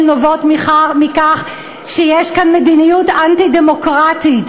נובעות מכך שיש כאן מדיניות אנטי-דמוקרטית.